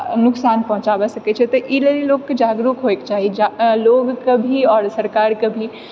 नोकसान पहुँचाबै सकै छै तऽ ई ला ई लोगके जागरूक होइके चाही आओर लोग के भी आओर सरकारके भी